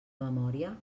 memòria